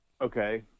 okay